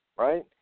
Right